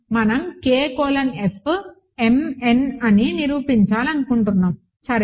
మనం K colon F m n అని నిరూపించాలనుకుంటున్నాము సరే